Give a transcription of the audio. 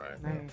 right